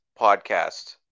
podcast